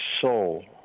soul